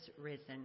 risen